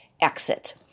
exit